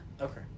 Okay